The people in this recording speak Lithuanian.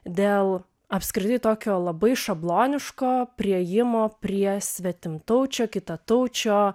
dėl apskritai tokio labai šabloniško priėjimo prie svetimtaučio kitataučio